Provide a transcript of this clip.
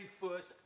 first